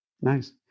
nice